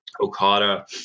Okada